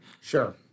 Sure